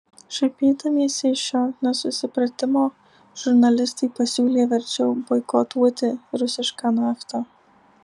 šaipydamiesi iš šio nesusipratimo žurnalistai pasiūlė verčiau boikotuoti rusišką naftą